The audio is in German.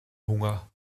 hunger